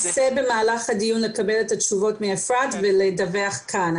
אני אנסה במהלך הדיון לקבל את התשובות מאפרת ולדווח כאן.